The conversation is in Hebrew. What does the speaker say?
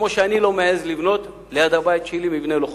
כמו שאני לא מעז לבנות ליד הבית שלי מבנה לא חוקי.